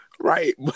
Right